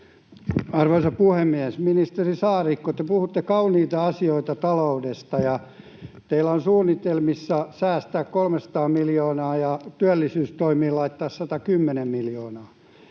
Arvoisa puhemies! Ministeri Saarikko, te puhutte kauniita asioita taloudesta ja teillä on suunnitelmissa säästää 300 miljoonaa ja työllisyystoimiin laittaa 110 miljoonaa.